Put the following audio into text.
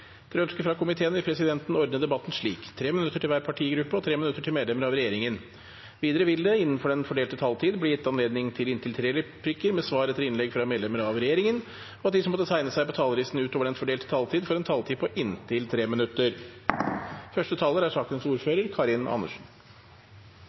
minutter til medlemmer av regjeringen. Videre vil det – innenfor den fordelte taletid – bli gitt anledning til inntil tre replikker med svar etter innlegg fra medlemmer av regjeringen, og de som måtte tegne seg på talerlisten utover den fordelte taletid, får også en taletid på inntil 3 minutter.